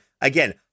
Again